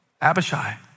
Abishai